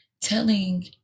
telling